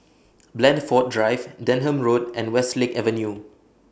Blandford Drive Denham Road and Westlake Avenue